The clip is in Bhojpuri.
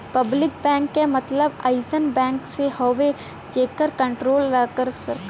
पब्लिक बैंक क मतलब अइसन बैंक से हउवे जेकर कण्ट्रोल सरकार करेला